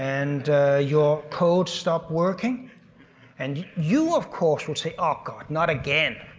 and your code stopped working and you of course will say, oh, god, not again.